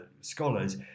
scholars